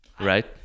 Right